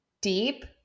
deep